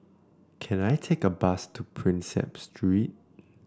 can I take a bus to Prinsep Street